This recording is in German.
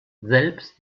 selbst